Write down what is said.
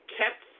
kept